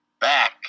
back